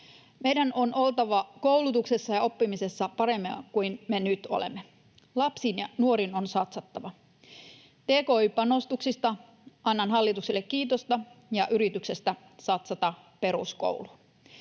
Meidän on oltava koulutuksessa ja oppimisessa parempia kuin me nyt olemme. Lapsiin ja nuoriin on satsattava. Tki-panostuksista annan hallitukselle kiitosta ja yrityksestä satsata peruskouluun.